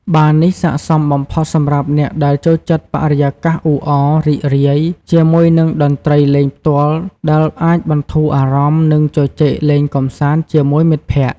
បារនេះស័ក្តិសមបំផុតសម្រាប់អ្នកដែលចូលចិត្តបរិយាកាសអ៊ូអរ រីករាយ ជាមួយនឹងតន្ត្រីលេងផ្ទាល់ដែលអាចបន្ធូរអារម្មណ៍ និងជជែកលេងកម្សាន្តជាមួយមិត្តភក្តិ។